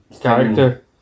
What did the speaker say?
character